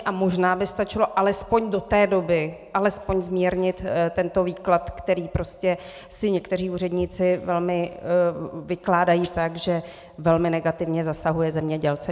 A možná by stačilo alespoň do té doby alespoň zmírnit tento výklad, který si prostě někteří úředníci velmi vykládají tak, že velmi negativně zasahuje zemědělce.